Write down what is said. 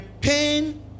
pain